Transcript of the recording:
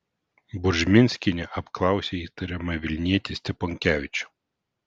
buržminskienė apklausė įtariamą vilnietį steponkevičių